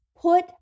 put